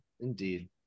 indeed